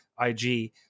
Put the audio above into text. IG